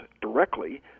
directly